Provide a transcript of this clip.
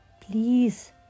Please